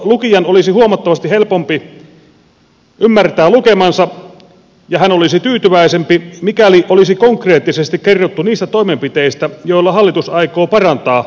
lukijan olisi huomattavasti helpompi ymmärtää lukemansa ja hän olisi tyytyväisempi mikäli olisi konkreettisesti kerrottu niistä toimenpiteistä joilla hallitus aikoo parantaa metsänomistusrakennetta